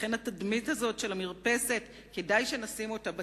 לכן התדמית הזאת של המרפסת, כדאי שנשים אותה בצד.